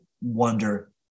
wonder